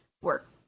work